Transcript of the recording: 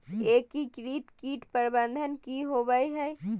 एकीकृत कीट प्रबंधन की होवय हैय?